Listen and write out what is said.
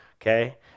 Okay